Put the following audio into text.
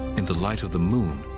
in the light of the moon,